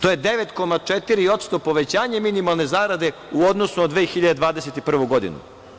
To je 9,4% povećanje minimalne zarade u odnosu na 2021. godinu.